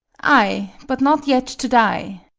ay, but not yet to die.